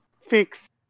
fixed